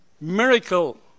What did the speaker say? miracle